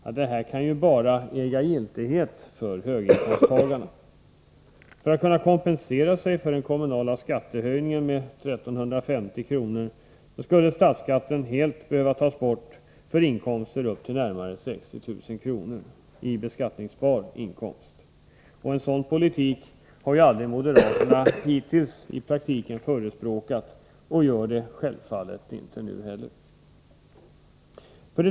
Men det här kan bara äga giltighet för höginkomsttagarna. För att kunna kompensera sig för den kommunala skattehöjningen med 1 350 kr. skulle statsskatten helt behöva tas bort för beskattningsbara inkomster på upp till närmare 60 000 kr. En sådan politik har moderaterna i praktiken hittills aldrig förespråkat, och det gör de självfallet inte heller nu.